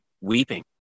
weeping